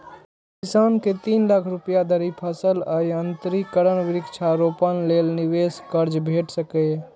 किसान कें तीन लाख रुपया धरि फसल आ यंत्रीकरण, वृक्षारोपण लेल निवेश कर्ज भेट सकैए